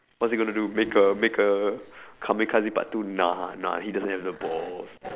what's he going to do make a make a kamikaze part two nah nah he doesn't have the balls